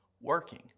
working